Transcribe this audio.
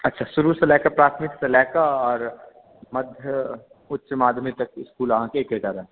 अच्छा शुरूसे लए कऽ प्राथमिक लए कऽ आओर मध्य उच्च माध्यमिक तक स्कूल अहाँके एकेटा रहय